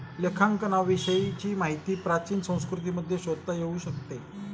लेखांकनाविषयी माहिती प्राचीन संस्कृतींमध्ये शोधता येऊ शकते